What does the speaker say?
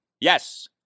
Yes